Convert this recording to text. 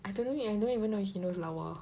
I don't know I don't even know if he knows lawa